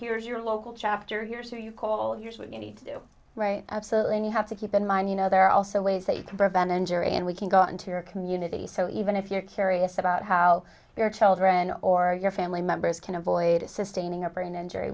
here's your local chapter here's who you call usually you need to do right absolutely and you have to keep in mind you know there are also ways that you can prevent injury and we can go into your community so even if you're curious about how your children or your family members can avoid assisting or brain injury